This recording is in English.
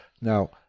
Now